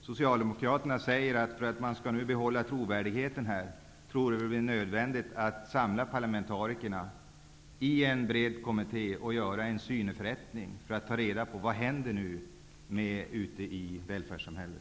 So cialdemokraterna tror att det, för att man skall kunna behålla trovärdigheten, blir nödvändigt att samla parlamentarikerna i en bred kommitté och göra en syneförrättning för att ta reda på vad som händer ute i välfärdssamhället.